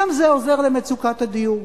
גם זה עוזר למצוקת הדיור.